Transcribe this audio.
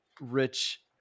rich